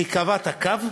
כי קבעת קו,